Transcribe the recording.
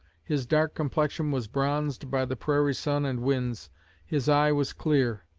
his dark complexion was bronzed by the prairie sun and winds his eye was clear,